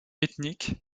ethniques